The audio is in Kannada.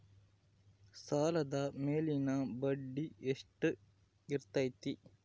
ಸಾಲದ ಮೇಲಿನ ಬಡ್ಡಿ ಎಷ್ಟು ಇರ್ತೈತೆ?